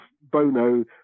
Bono